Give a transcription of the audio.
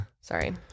Sorry